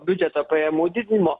biudžeto pajamų didinimo